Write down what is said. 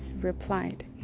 replied